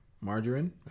Margarine